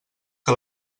que